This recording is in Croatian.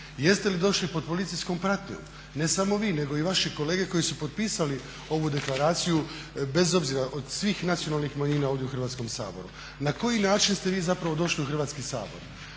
Jeste li došli pod policijskom pratnjom? Ne samo vi, nego i vaši kolege koji su potpisali ovu deklaraciju bez obzira od svih nacionalnih manjina ovdje u Hrvatskom saboru. Na koji način ste vi zapravo došli u Hrvatski sabor?